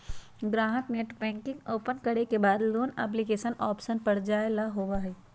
ग्राहक net banking open करे के बाद लोन एप्लीकेशन ऑप्शन पर जाय ला होबा हई